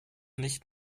nicht